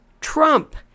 Trump